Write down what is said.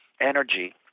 energy